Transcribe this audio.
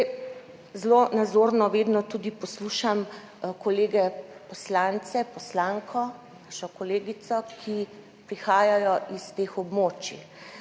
Zelo nazorno vedno poslušam kolege poslance, poslanko, našo kolegico, ki prihajajo s teh območij.